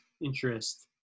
interest